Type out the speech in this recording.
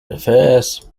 affairs